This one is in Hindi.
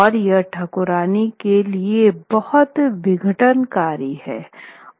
और यह ठाकुरायन के लिए बहुत विघटनकारी है